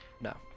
No